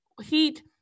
Heat